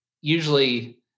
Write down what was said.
usually